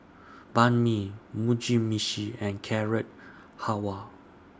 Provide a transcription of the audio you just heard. Banh MI Mugi Meshi and Carrot Halwa